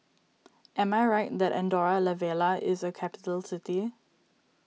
am I right that Andorra La Vella is a capital city